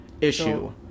issue